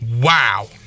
wow